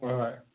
ꯍꯣꯏ ꯍꯣꯏ